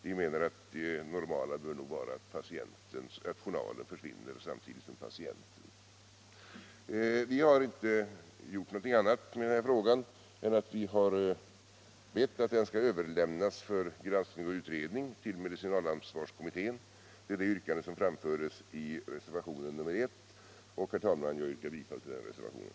Vi menar att det normala bör vara att patientens journaler försvinner samtidigt som patienten själv avlider. I denna fråga har vi inte gjort någonting annat än att vi har bett att den skall överlämnas för granskning och utredning till medicinalansvarskommittén med det yrkande som framförs i reservationen 1. Herr talman! Jag yrkar bifall till den reservationen.